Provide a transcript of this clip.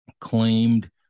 claimed